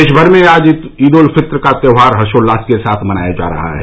देश भर में आज ईद उल फित्र का त्यौहार हर्षोल्लास के साथ मनाया जा रहा है